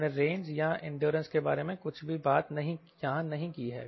हमने रेंज या इंड्योरेंस के बारे में कुछ भी बात यहां नहीं की है